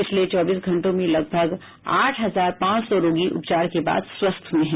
पिछले चौबीस घंटों में लगभग आठ हजार पांच सौ रोगी उपचार के बाद स्वस्थ हुए हैं